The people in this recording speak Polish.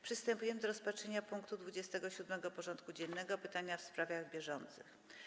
Przystępujemy do rozpatrzenia punktu 27. porządku dziennego: Pytania w sprawach bieżących.